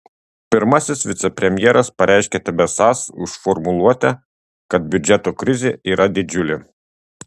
pirmasis vicepremjeras pareiškė tebesąs už formuluotę kad biudžeto krizė yra didžiulė